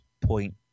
point